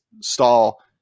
Stall